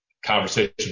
conversation